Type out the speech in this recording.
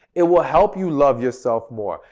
it will help you love yourself more,